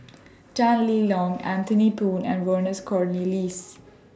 Tan Lee Leng Anthony Poon and Vernon Cornelius